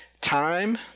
time